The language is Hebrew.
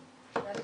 נמצאת.